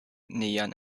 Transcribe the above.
neon